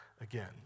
again